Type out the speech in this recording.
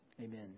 Amen